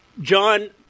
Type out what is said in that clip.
John